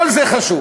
כל זה חשוב,